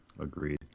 agreed